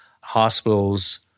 Hospitals